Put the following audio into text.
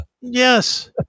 Yes